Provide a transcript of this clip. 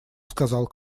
сказал